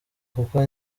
kuko